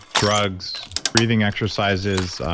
drugs, breathing exercises,